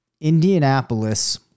Indianapolis